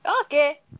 okay